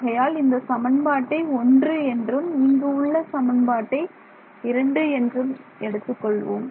ஆகையால் இந்த சமன்பாட்டை ஒன்று என்றும் இங்கு உள்ள சமன்பாட்டை 2 என்றும் எடுத்துக் கொள்வோம்